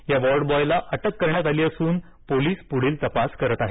या वॉर्डबॉयला अटक करण्यात आली असून पोलीस पुढील तपास करत आहेत